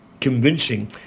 convincing